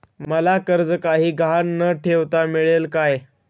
मला कर्ज काही गहाण न ठेवता मिळेल काय?